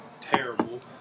terrible